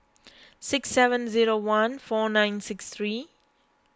six seven zero one four nine six three